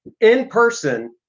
in-person